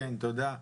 כן, תודה.